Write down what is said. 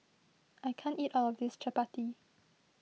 I can't eat all of this Chappati